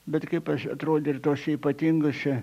bet kaip aš atrodė ir tose ypatingose